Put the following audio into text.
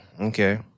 Okay